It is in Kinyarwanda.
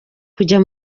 kujya